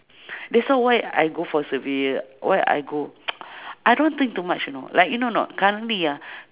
that's wh~ why I go for survey why I go I don't think too much you know like you know not currently ah